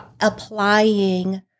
applying